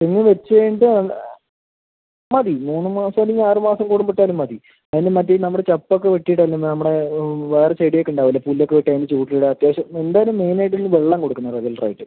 തെങ്ങ് വെച്ച് കഴിഞ്ഞിട്ട് മതി മൂന്ന് മാസം അല്ലെങ്കിൽ ആറ് മാസം കൂടുമ്പം ഇട്ടാലും മതി നമ്മള് ചപ്പ് ഒക്ക വെട്ടി ഇടല് നമ്മുടെ വേറെ ചെടി ഒക്കെ ഉണ്ടാവില്ലെ പുല്ല് ഒക്കെ വെട്ടി അതിന് ചൂട് ഉള്ള അത്യാവശ്യം എന്തായാലും മെയിൻ ആയിട്ട് ഇതിന് വെള്ളം കൊടുക്കണം റെഗുലർ ആയിട്ട്